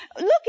look